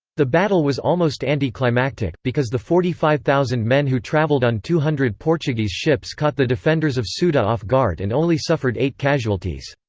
the battle was almost anti-climactic, because the forty five thousand men who traveled on two hundred portuguese ships caught the defenders of ceuta off guard and only suffered eight casualties.